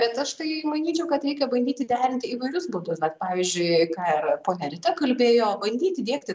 bet aš tai manyčiau kad reikia bandyti derinti įvairius būdus vat pavyzdžiui ką ir ponia rita kalbėjo bandyti įdiegti